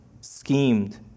schemed